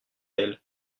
elle